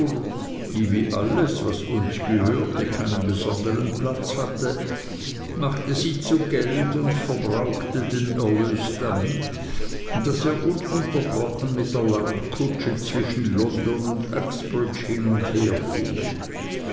alles was uns gehörte keinen besondern platz hatte machte sie zu geld und verbrauchte den erlös damit daß er ununterbrochen mit der landkutsche zwischen london und uxbridge hin und her fuhr